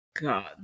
God